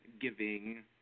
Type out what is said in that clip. giving